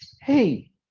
Hey